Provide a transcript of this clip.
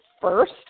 first